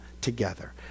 together